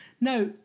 Now